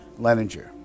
Leninger